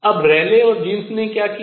अब रेले और जीन्स ने क्या किया